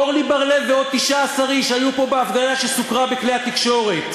אורלי בר-לב ועוד 19 איש היו פה בהפגנה שסוקרה בכלי התקשורת.